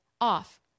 off